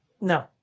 No